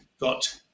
got